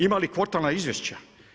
Ima li kvartalna izvješća?